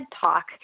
Talk